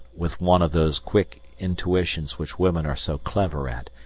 with one of those quick intuitions which women are so clever at,